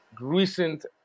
recent